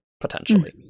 potentially